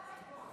חיים שכאלה?